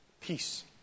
peace